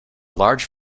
large